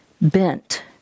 bent